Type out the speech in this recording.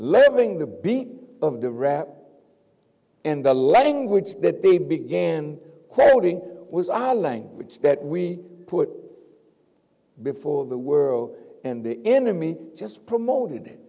living the beat of the rap and the language that they began quoting was our language that we put before the world and the enemy just promoted